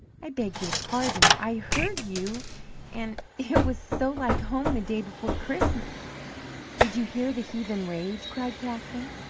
i beg your pardon i heard you and it was so like home the day before christmas did you hear the heathen rage? cried katherine.